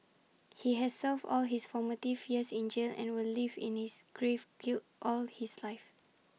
he has served all his formative years in jail and will live in this grave guilt all his life